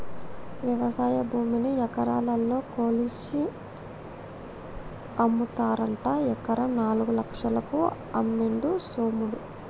వ్యవసాయ భూమిని ఎకరాలల్ల కొలిషి అమ్ముతారట ఎకరం నాలుగు లక్షలకు అమ్మిండు సోములు